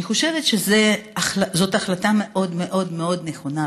אני חושבת שזאת החלטה מאוד מאוד מאוד נכונה.